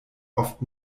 oft